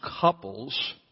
couples